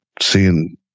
seeing